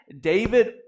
David